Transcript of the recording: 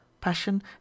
Passion